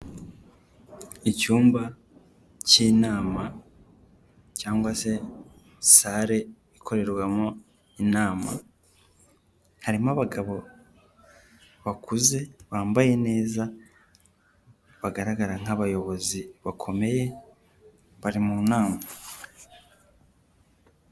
Icyumba cy'inama cyangwa se sale ikorerwamo inama, harimo abagabo bakuze, bambaye neza, bagaragara nk'abayobozi bakomeye, bari mu nama.